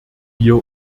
hier